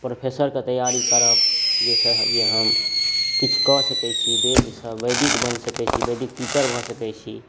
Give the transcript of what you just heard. प्रोफेसरके तैआरी करब जाहिसँ हम किछु कऽ सकै छी वेदसँ वैदिक भऽ सकै छी वैदिक टीचर भऽ सकै छी